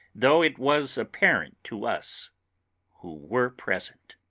though it was apparent to us who were present.